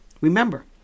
remember